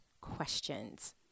questions